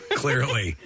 clearly